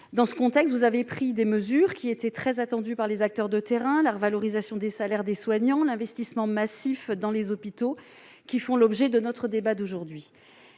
Dans ce contexte, vous avez pris des mesures très attendues par les acteurs de terrain, notamment la revalorisation des salaires des soignants et un investissement massif dans les hôpitaux, qui font l'objet de notre débat d'aujourd'hui.